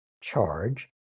charge